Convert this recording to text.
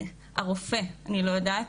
הרופא אני לא יודעת,